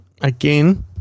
again